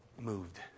moved